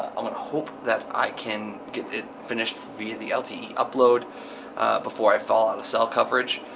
i'm gonna hope that i can get it finished via the lte upload before i fall out of cell coverage.